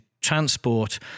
transport